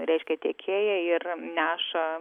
reiškia tiekėją ir neša